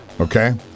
okay